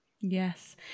Yes